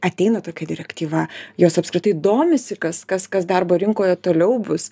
ateina tokia direktyva jos apskritai domisi kas kas kas darbo rinkoje toliau bus